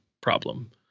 problem